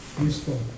useful